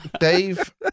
Dave